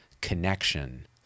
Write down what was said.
connection